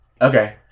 Okay